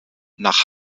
nach